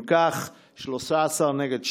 אם כך, 13 נגד שניים.